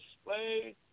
slave